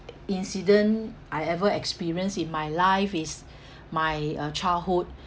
incident I ever experienced in my life is my uh childhood